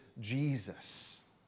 Jesus